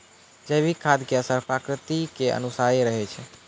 जैविक खाद के असर प्रकृति के अनुसारे रहै छै